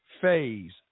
phase